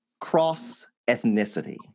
cross-ethnicity